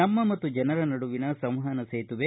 ನಮ್ಮ ಮತ್ತು ಜನರ ನಡುವಿನ ಸಂವಹನ ಸೇತುವೆ